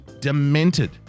Demented